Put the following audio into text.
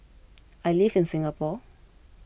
I live in Singapore